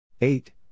Eight